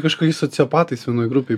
kažkokiais sociopatais vienoj grupėj